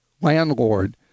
landlord